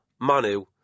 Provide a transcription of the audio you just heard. Manu